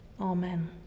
amen